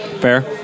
Fair